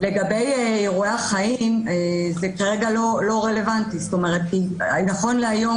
לגבי אירועי החיים זה כרגע לא רלוונטי כי נכון להיום,